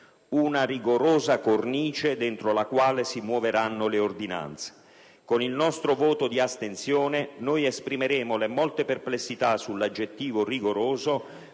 «Una rigorosa cornice dentro la quale si muoveranno le ordinanze». Con il nostro voto di astensione noi esprimeremo le molte perplessità sull'aggettivo «rigoroso»,